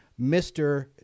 Mr